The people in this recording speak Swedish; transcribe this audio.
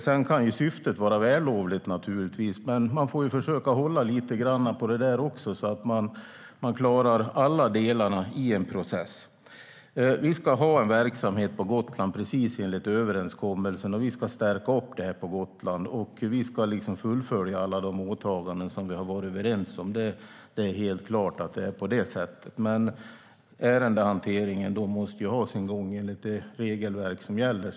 Syftet kan naturligtvis vara vällovligt, men man får försöka hålla lite på detta så att man klarar alla delarna i en process. Vi ska ha en verksamhet på Gotland precis enligt överenskommelsen. Vi ska stärka den på Gotland, och vi ska fullfölja alla åtaganden som vi har varit överens om. Det är helt klart att det är på det sättet. Ärendehanteringen måste ha sin gång enligt det regelverk som gäller.